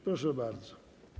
Proszę bardzo.